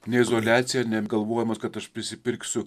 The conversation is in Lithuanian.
ne izoliaciją neapgalvojimas kad aš prisipirksiu